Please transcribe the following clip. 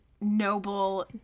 noble